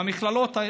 מהמכללות,